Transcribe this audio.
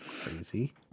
Crazy